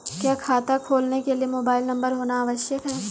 क्या खाता खोलने के लिए मोबाइल नंबर होना आवश्यक है?